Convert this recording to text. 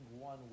one